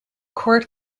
court